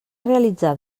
realitzar